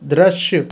दृश्य